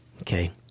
Okay